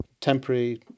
temporary